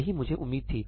यही मुझे उम्मीद थी